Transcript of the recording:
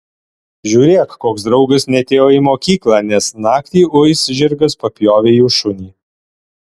žiūrėk koks draugas neatėjo į mokyklą nes naktį uis žirgas papjovė jų šunį